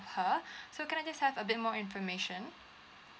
her so can I just have a bit more information